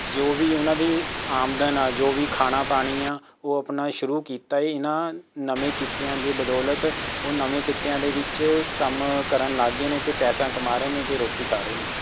ਜੋ ਵੀ ਉਹਨਾਂ ਦੇ ਆਮਦਨ ਆ ਜੋ ਵੀ ਖਾਣਾ ਪਾਣੀ ਆ ਉਹ ਆਪਣਾ ਸ਼ੁਰੂ ਕੀਤਾ ਹੈ ਇਹਨਾਂ ਨਵੇਂ ਕਿੱਤਿਆਂ ਦੇ ਬਦੌਲਤ ਉਹ ਨਵੇਂ ਕਿੱਤਿਆਂ ਦੇ ਵਿੱਚ ਕੰਮ ਕਰਨ ਲੱਗ ਗਏ ਨੇ ਅਤੇ ਪੈਸਾ ਕਮਾ ਰਹੇ ਨੇ ਅਤੇ ਰੋਟੀ ਖਾ ਰਹੇ ਨੇ